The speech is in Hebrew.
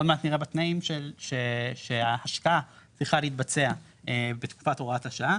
עוד מעט נראה בתנאים שההשקעה צריכה להתבצע בתקופת הוראת השעה,